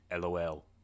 LOL